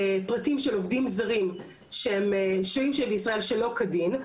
פרטים של עובדים זרים שהם שוהים בישראל שלא כדין.